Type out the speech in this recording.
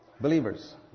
believers